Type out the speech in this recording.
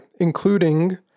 including